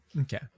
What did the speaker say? okay